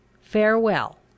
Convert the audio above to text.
Farewell